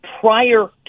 prior